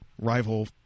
rival